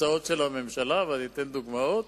הצעות של הממשלה, ואני אתן דוגמאות